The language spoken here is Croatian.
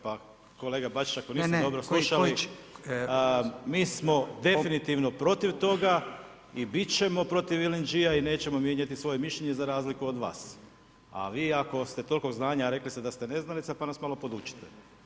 Pa kolega Bačić ako niste dobro slušali [[Upadica Radin: Ne, ne.]] Mi smo definitivno protiv toga i bit ćemo protiv LNG-a i nećemo mijenjati svoje mišljenje za razliku od vas a vi ako ste tolikog znanja, a rekli ste da ste neznalica pa nas malo podučite.